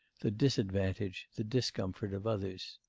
the disadvantage, the discomfort of others.